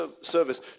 service